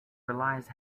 relies